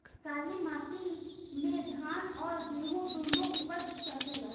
काली माटी मे धान और गेंहू दुनो उपज सकेला?